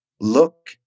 look